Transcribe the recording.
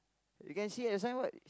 you can see the signboard